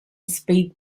speed